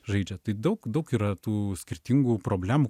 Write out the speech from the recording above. žaidžia tai daug daug yra tų skirtingų problemų